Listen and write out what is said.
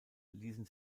ließen